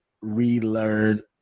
relearn